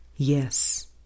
Yes